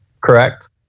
correct